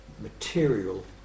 material